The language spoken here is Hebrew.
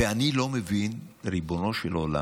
ואני לא מבין, ריבונו של עולם,